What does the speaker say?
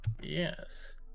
Yes